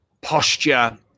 posture